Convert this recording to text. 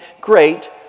great